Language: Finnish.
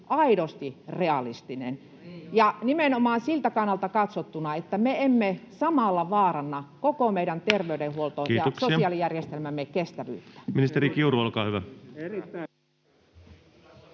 Ei ole!] ja nimenomaan siltä kannalta katsottuna, että me emme samalla vaaranna koko meidän terveydenhuolto‑ ja sosiaalijärjestelmämme kestävyyttä?